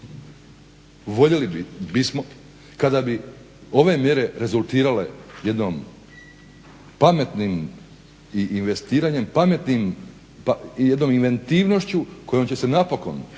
Voljeli bismo kada bi ove mjere rezultirale jednim pametnim investiranjem, pametnim i jednom inventivnošću kojom će se napokon potaknuti